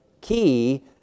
key